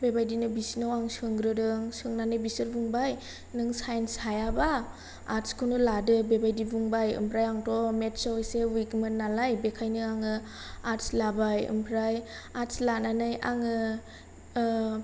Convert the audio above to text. बेबायदिनो बिसिनाव आं सोंग्रोदों सोंनानै बिसोर बुंबाय नों साइन्स हायाबा आर्टस खौनो लादो बेबायदि बुंबाय आमफ्राय आंथ' एसे मेथस आव एसे विकमोन नालाय बेखायनो आङो आर्टस लाबाय ओमफ्राय आर्टस लानानै आङो